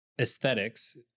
Aesthetics